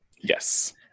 yes